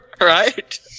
right